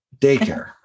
daycare